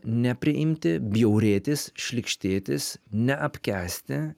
nepriimti bjaurėtis šlykštėtis neapkęsti